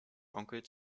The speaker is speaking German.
onkels